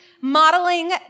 modeling